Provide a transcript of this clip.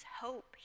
hope